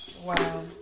Wow